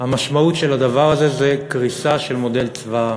המשמעות של הדבר הזה היא קריסה של מודל צבא העם.